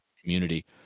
community